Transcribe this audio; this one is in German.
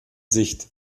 sicht